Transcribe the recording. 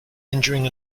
injuring